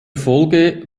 folge